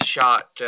shot